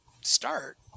start